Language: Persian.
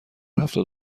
هفتاد